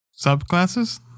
subclasses